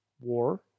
War